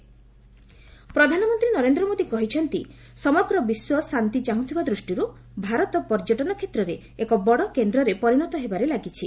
PM କୁମ୍ଭ ପ୍ରଧାନମନ୍ତ୍ରୀ ନରେନ୍ଦ୍ର ମୋଦି କହିଛନ୍ତି ସମଗ୍ର ବିଶ୍ୱ ଶାନ୍ତି ଚାହୁଁଥିବା ଦୂଷ୍ଟିର୍ ଭାରତ ପର୍ଯ୍ୟଟନ କ୍ଷେତ୍ରରେ ଏକ ବଡ଼ କେନ୍ଦ୍ରରେ ପରିଣତ ହେବାରେ ଲାଗିଛି